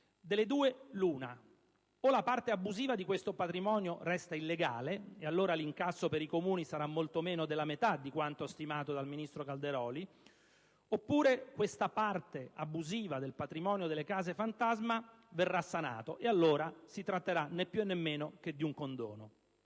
delle due l'una: o la parte abusiva di questo patrimonio resta illegale, e allora l'incasso per i Comuni sarà molto meno della metà di quanto stimato dal ministro Calderoli, oppure questa parte abusiva del patrimonio delle case fantasma verrà sanata, e allora si tratterà - né più né meno - di un condono.